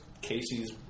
Casey's